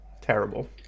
terrible